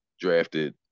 drafted